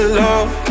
love